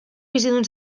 bizidun